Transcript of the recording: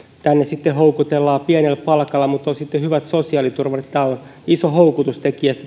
tänne sitten houkutellaan sillä että vaikka on pieni palkka on sitten hyvä sosiaaliturva tämä on iso houkutustekijä